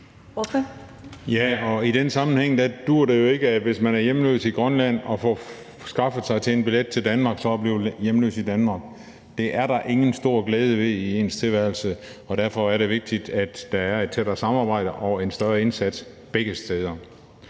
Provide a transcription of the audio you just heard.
i den sammenhæng duer det jo ikke, hvis man er hjemløs i Grønland, at få skaffet sig en billet til Danmark og så blive hjemløs i Danmark. Det er der ingen stor glæde ved i ens tilværelse, og derfor er det vigtigt, at der er et tættere samarbejde og en større indsats begge steder.